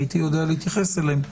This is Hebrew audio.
הייתי יודע להתייחס אליהם.